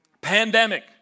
Pandemic